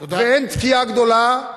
תודה.